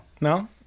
No